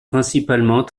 principalement